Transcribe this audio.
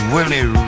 Willie